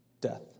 Death